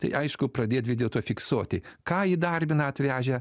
tai aišku pradėt vis dėlto fiksuoti ką įdarbina atvežę